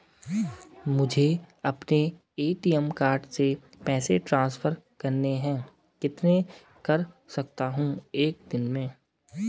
मुझे अपने ATM card से पैसे ट्रांसफर करने हैं कितने कर सकता हूँ एक दिन में?